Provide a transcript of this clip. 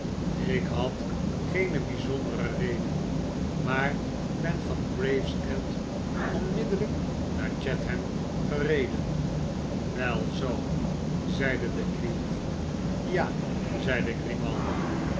ik had geene bijzondere reden maar ben van gravesend onmiddellijk naar chattam gereden wel zoo zeide de cleave ja zeide